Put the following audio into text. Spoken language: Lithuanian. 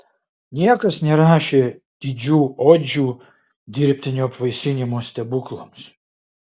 niekas nerašė didžių odžių dirbtinio apvaisinimo stebuklams